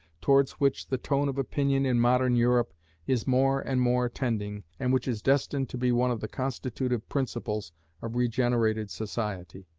towards which the tone of opinion in modern europe is more and more tending, and which is destined to be one of the constitutive principles of regenerated society.